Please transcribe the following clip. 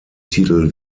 titel